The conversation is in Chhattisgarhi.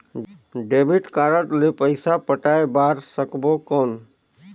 डेबिट कारड ले पइसा पटाय बार सकबो कौन?